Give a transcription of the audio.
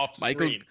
Michael